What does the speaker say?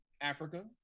Africa